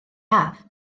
haf